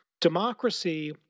democracy